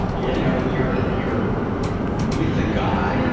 yeah know, you're you're with a guy,